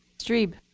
strebe.